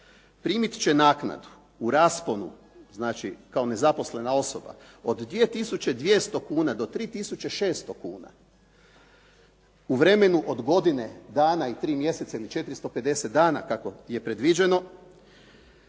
primit će naknadu u rasponu, znači kao nezaposlena osoba od 2200 kn do 3600 kn u vremenu od godine dana i tri mjeseca ili 450 dana kako je predviđeno,